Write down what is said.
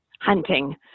hunting